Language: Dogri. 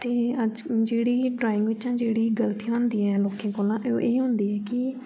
ते अज्ज जेह्ड़ी एह् ड़्राईंग बिच्चा जेह्ड़ी गलतियां होंदियां ऐ लोकें कोला ते ओह् एह् होंदी कि